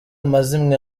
amazimwe